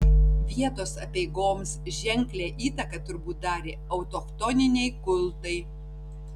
vietos apeigoms ženklią įtaką turbūt darė autochtoniniai kultai